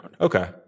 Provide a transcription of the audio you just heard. Okay